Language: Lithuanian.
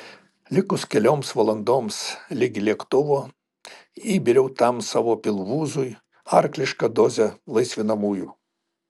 likus kelioms valandoms ligi lėktuvo įbėriau tam savo pilvūzui arklišką dozę laisvinamųjų